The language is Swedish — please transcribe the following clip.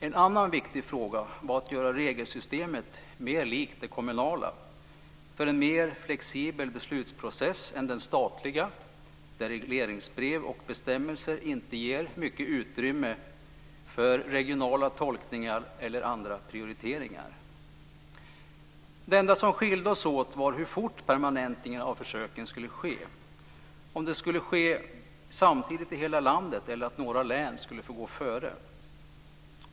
En annan viktig fråga var att göra regelsystemet mer likt det kommunala för en mer flexibel beslutprocess än den statliga, där regleringsbrev och bestämmelser inte ger mycket utrymme för regionala tolkningar eller för andra prioriteringar. Det enda som skilde oss åt var hur fort permanentningen av försöken skulle ske, om det skulle ske samtidigt i hela landet eller om några län skulle få gå före.